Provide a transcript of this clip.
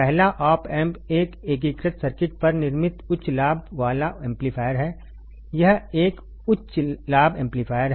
पहला op amp एक एकीकृत सर्किट पर निर्मित उच्च लाभ वाला एम्पलीफायर है यह एक उच्च लाभ एम्पलीफायर है